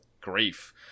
grief